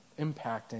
impacting